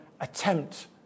attempt